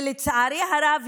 ולצערי הרב,